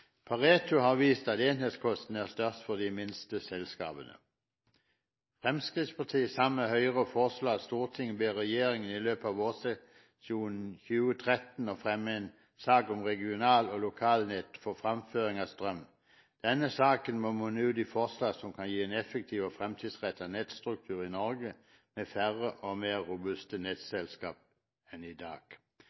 Pareto har vist at enhetskostnadene er størst for de minste selskapene. Fremskrittspartiet, sammen med Høyre, foreslår at Stortinget ber regjeringen i løpet av vårsesjonen 2013 fremme en sak om regional- og lokalnett for fremføring av strøm. Denne saken må munne ut i forslag som kan gi en effektiv og fremtidsrettet nettstruktur i Norge, med færre og mer robuste nettselskaper enn i dag.